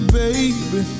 baby